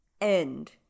end